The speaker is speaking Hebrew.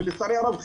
ולצערי הרב,